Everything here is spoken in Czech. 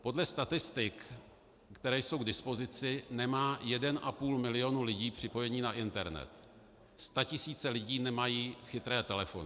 Podle statistik, které jsou k dispozici, nemá 1,5 milionu lidí připojení na internet, statisíce lidí nemají chytré telefony.